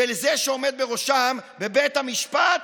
וזה שעומד בראשה בבית המשפט,